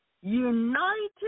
united